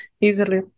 easily